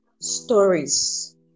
stories